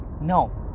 No